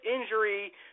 injury